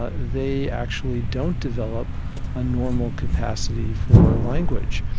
ah they actually don't develop a normal capacity for language.